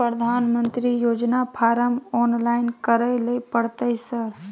प्रधानमंत्री योजना form online करैले परतै सर?